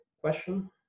question